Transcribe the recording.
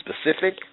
specific